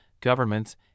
governments